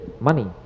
money